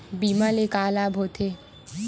बीमा ले का लाभ होथे?